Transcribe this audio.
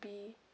be